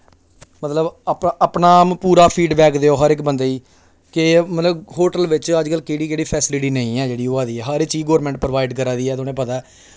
मतलब अपना पूरा फीडबैक देओ हर इक बंदे ई कि मतलब होटल बिच अज्जकल केह्ड़ी केह्ड़ी फैसीलिटी निं ऐ हर चीज गौरमेंट प्रोवाइड करा दी ऐ थाह्नूं पता ऐ